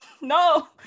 No